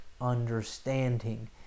understanding